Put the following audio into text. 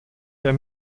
hier